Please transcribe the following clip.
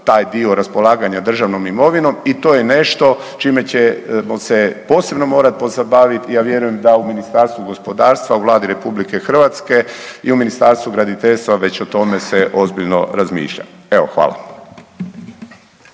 taj dio raspolaganja državnom imovinom i to je nešto čime ćemo se morat posebno pozabavit. Ja vjerujem da u Ministarstvu gospodarstva u Vladi RH i u Ministarstvu graditeljstva već o tome se ozbiljno razmišlja. Evo, hvala.